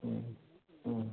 മ്മ് മ്മ്